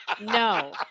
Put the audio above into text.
no